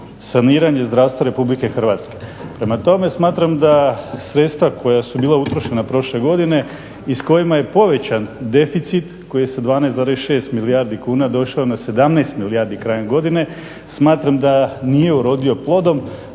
saniranje zdravstva Republike Hrvatske. Prema tome, smatram da sredstva koja su bila utrošena prošle godine i s kojima je povećan deficit koji je sa 12,6 milijardi kuna došao na 17 milijardi krajem godine smatram da nije urodio plodom.